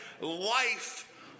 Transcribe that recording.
life